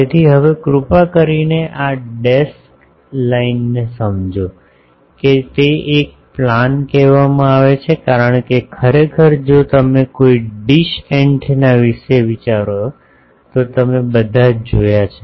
તેથી હવે કૃપા કરીને આ ડેસ્ડ લાઈનને સમજો કે તે એક પ્લાન કહેવામાં આવે છે કારણ કે ખરેખર જો તમે કોઈ ડીશ એન્ટેના વિશે વિચારો તો તમે બધા જ જોયા છે